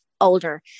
older